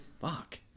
fuck